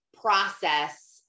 process